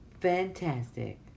Fantastic